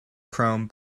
chrome